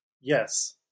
yes